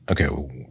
okay